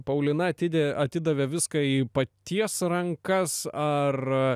paulina atidė atidavė viską į paties rankas ar